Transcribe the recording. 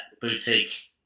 boutique